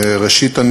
ראשית,